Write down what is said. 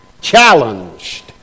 Challenged